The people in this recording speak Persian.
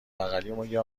بغلیمون، یه